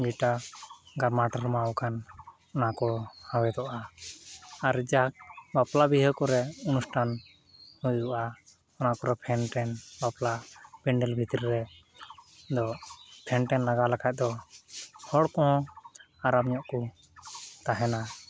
ᱡᱮᱴᱟ ᱜᱟᱨᱢᱟᱣᱼᱴᱟᱨᱢᱟᱣ ᱟᱠᱟᱱ ᱚᱱᱟᱠᱚ ᱦᱟᱣᱮᱫᱚᱜᱼᱟ ᱟᱨ ᱡᱟᱠ ᱵᱟᱯᱞᱟ ᱵᱤᱦᱟᱹ ᱠᱚᱨᱮ ᱚᱱᱩᱥᱴᱟᱱ ᱦᱩᱭᱩᱜᱼᱟ ᱚᱱᱟᱠᱚᱨᱮ ᱯᱷᱮᱱᱼᱴᱮᱱ ᱵᱟᱯᱞᱟ ᱯᱮᱱᱰᱮᱞ ᱵᱷᱤᱛᱨᱤ ᱨᱮᱫᱚ ᱯᱷᱮᱱᱼᱴᱮᱱ ᱞᱟᱜᱟᱣ ᱞᱮᱠᱷᱟᱡ ᱫᱚ ᱦᱚᱲ ᱠᱚᱦᱚᱸ ᱟᱨᱟᱢᱧᱚᱜ ᱠᱚ ᱛᱟᱦᱮᱱᱟ